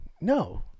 No